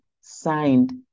signed